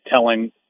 telling